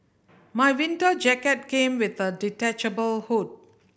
my winter jacket came with a detachable hood